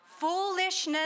foolishness